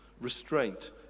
restraint